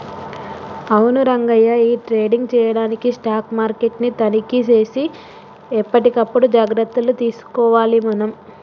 అవును రంగయ్య ఈ ట్రేడింగ్ చేయడానికి స్టాక్ మార్కెట్ ని తనిఖీ సేసి ఎప్పటికప్పుడు జాగ్రత్తలు తీసుకోవాలి మనం